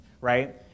right